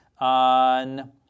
on